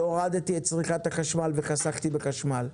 שהורדתי את צריכה החשמל וחסכתי בחשמל,